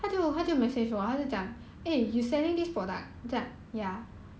mm